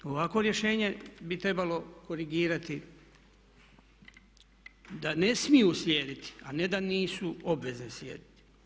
Ovakvo rješenje bi trebalo korigirati da ne smiju slijediti a ne da nisu obvezne slijediti.